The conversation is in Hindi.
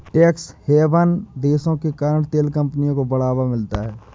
टैक्स हैवन देशों के कारण तेल कंपनियों को बढ़ावा मिलता है